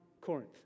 Corinth